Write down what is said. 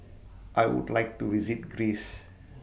I Would like to visit Greece